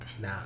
Nah